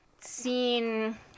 seen